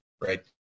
right